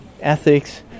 ethics